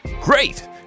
Great